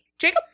Jacob